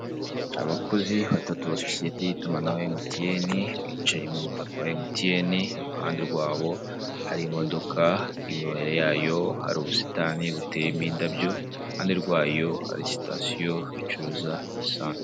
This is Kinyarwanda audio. Abakozi batatu ba sosiye y'itumanaho MTN bicaye mu mutaka wa MTN iruhande rwabo harimo imodoka imbere yayo hari ubusitani buteyemo indabyo, iruhande rwayo hari sitasiyo icuruza esase.